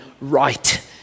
right